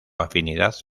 afinidad